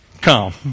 Come